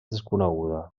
desconeguda